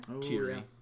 Cheery